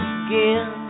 again